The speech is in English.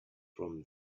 from